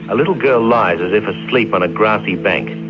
ah little girl lies as if asleep on a grassy bank.